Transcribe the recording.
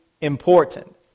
important